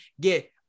get